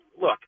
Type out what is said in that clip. look